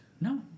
No